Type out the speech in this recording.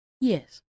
Yes